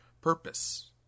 purpose